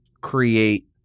create